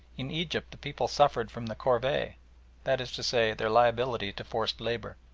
in egypt the people suffered from the corvee that is to say, their liability to forced labour.